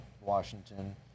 Washington